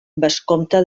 vescomte